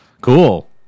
cool